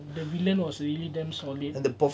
the villain was really damn solid